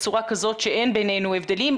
בצורה כזאת שאין בינינו הבדלים,